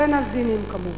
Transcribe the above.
בין הסדינים כמובן.